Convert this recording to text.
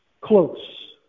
close